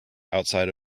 outside